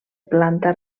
planta